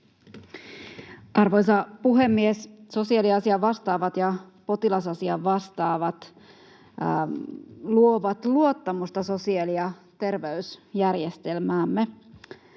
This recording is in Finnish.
Arvoisa puhemies! Sosiaaliasiavastaavat ja potilasasiavastaavat luovat luottamusta sosiaali- ja terveysjärjestelmäämme.